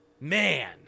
man